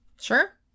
Sure